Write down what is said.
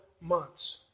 months